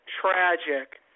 tragic